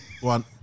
one